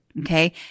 Okay